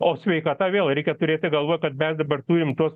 o sveikata vėl reikia turėti galvoj kad mes dabar turim tuos